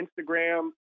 Instagram